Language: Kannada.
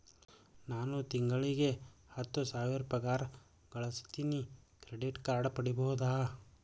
ನಾನು ತಿಂಗಳಿಗೆ ಹತ್ತು ಸಾವಿರ ಪಗಾರ ಗಳಸತಿನಿ ಕ್ರೆಡಿಟ್ ಕಾರ್ಡ್ ಪಡಿಬಹುದಾ?